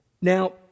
Now